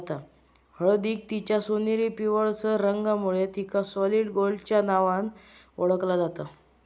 हळदीक तिच्या सोनेरी पिवळसर रंगामुळे तिका सॉलिड गोल्डच्या नावान ओळखला जाता